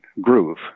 groove